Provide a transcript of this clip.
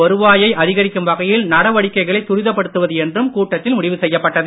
வருவாயை அதிகரிக்கும் வகையில் நடவடிக்கைகளை துரிதப்படுத்துவது என்றும் கூட்டத்தில் முடிவு செய்யப்பட்டது